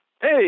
Hey